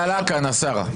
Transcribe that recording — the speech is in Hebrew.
זה עלה כאן, השר.